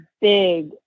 big